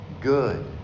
good